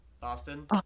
Boston